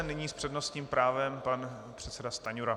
Nyní s přednostním právem pan předseda Stanjura.